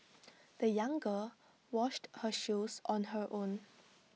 the young girl washed her shoes on her own